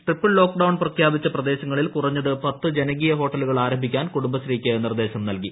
triple lockdown പ്രഖ്യാപിച്ച പ്രദേശങ്ങളിൽ കുറഞ്ഞത് പത്ത് ജനകീയ ഹോട്ടലുകൾ ആരംഭിക്കാൻ കുടുംബശ്രീക്ക് നിർദ്ദേശം നൽകി